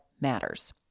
matters